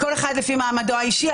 כל אחד לפי מעמדו האישי,